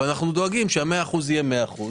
דואגים שה-100% יהיה 100%,